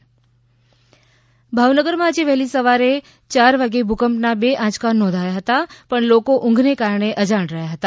ભાવનગર ભૂકંપ ભાવનગરમાં આજે વહેલી પરોઢે ચાર વાગ્યે ભૂકંપ ના બે આંચકા નોંધાયા હતા પણ લોકો ઊંઘને કારણે અજાણ રહ્યા હતા